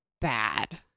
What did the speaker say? bad